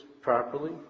properly